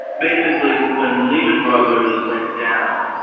basically when lehman brothers went down,